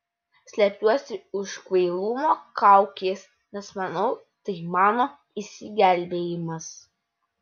slepiuosi už kvailumo kaukės nes manau tai mano išsigelbėjimas